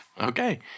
Okay